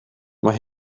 mae